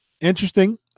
Interesting